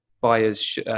buyer's